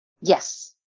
Yes